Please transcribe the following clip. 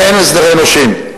ואין הסדרי נושים.